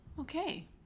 Okay